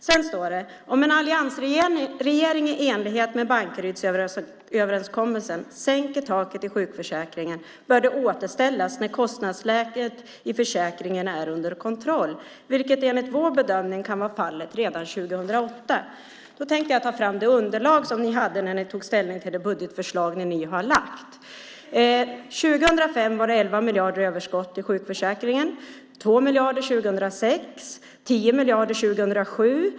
Sedan står det så här: "Om en alliansregering i enlighet med Bankeryds-överenskommelsen sänker taket i sjukförsäkringen 2007 bör det återställas när kostnadsläget i försäkringen är under kontroll, vilket enligt vår bedömning kan vara fallet redan 2008." Då tänkte jag ta fram det underlag som ni hade när ni tog ställning till det budgetförslag ni nu har lagt. År 2005 var det 11 miljarder i överskott i sjukförsäkringen, 2 miljarder 2006 och 10 miljarder 2007.